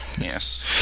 Yes